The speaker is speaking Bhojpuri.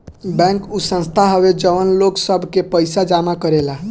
बैंक उ संस्था हवे जवन लोग सब के पइसा जमा करेला